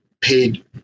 paid